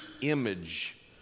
image